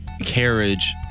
carriage